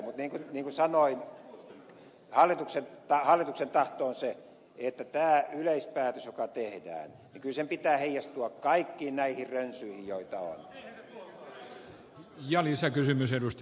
mutta niin kuin sanoin hallituksen tahto on se että tämä yleispäätös joka tehdään niin kyllä sen pitää heijastua kaikkiin näihin rönsyihin joita on